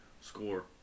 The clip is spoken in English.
score